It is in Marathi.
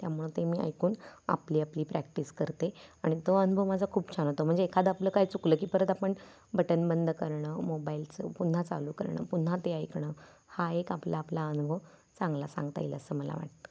त्यामुळं ते मी ऐकून आपली आपली प्रॅक्टिस करते आणि तो अनुभव माझा खूप छान होतो म्हणजे एखादं आपलं काही चुकलं की परत आपण बटण बंद करणं मोबाइलचं पुन्हा चालू करणं पुन्हा ते ऐकणं हा एक आपला आपला अनुभव चांगला सांगता येईल असं मला वाटतं